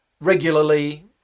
regularly